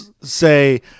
say